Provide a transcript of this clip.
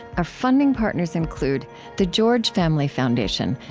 our funding partners include the george family foundation,